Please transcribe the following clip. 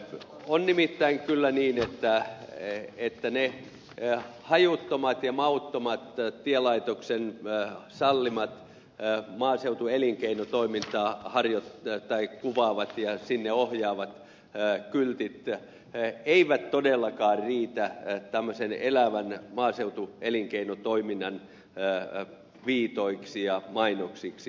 on nimittäin kyllä niin että ne hajuttomat ja mauttomat tielaitoksen sallimat maaseutuelinkeinotoimintaa kuvaavat ja sinne ohjaavat kyltit eivät todellakaan riitä tämmöisen elävän maaseutuelinkeinotoiminnan viitoiksi ja mainoksiksi